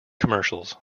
commercials